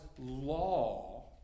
law